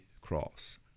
cross